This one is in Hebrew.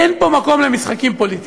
אין פה מקום למשחקים פוליטיים.